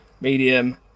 medium